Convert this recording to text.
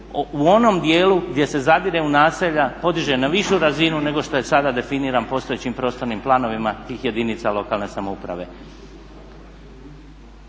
u onom dijelu gdje se zadire u naselja podiže na višu razinu nego što je sada definiran postojećim prostornim planovima tih jedinica lokalne samouprave.